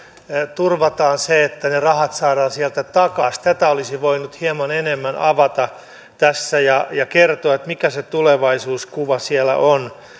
turvataan se että ne rahat saadaan aikanaan sieltä takaisin tätä olisi voinut hieman enemmän avata tässä ja ja kertoa mikä se tulevaisuuskuva siellä on